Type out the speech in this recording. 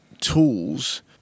tools